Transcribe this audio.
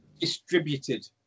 Distributed